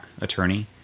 attorney